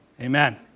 amen